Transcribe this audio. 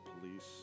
police